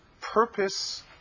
purpose